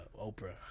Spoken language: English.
Oprah